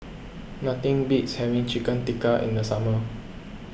nothing beats having Chicken Tikka in the summer